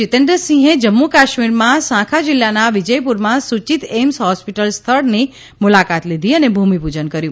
જિતેન્ન સીંહે જમ્મુ કાશમીરમાં સાંખા જિલ્લાના વિજયપુરમાં સૂચીત એઈમ્સ હોસ્પીટલ સ્થળની મુલાકાત લીધી અને ભૂમિપૂજન કર્યું